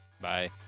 Bye